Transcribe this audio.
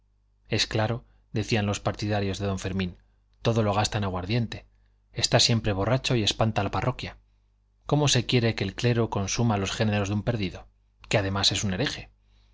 es claro dirían los partidarios de don fermín todo lo gasta en aguardiente está siempre borracho y espanta la parroquia cómo se quiere que el clero consuma los géneros de un perdido que además es un hereje